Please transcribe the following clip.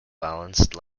balanced